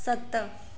सत